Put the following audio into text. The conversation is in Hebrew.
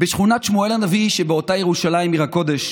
בשכונת שמואל הנביא שבאותה ירושלים עיר הקודש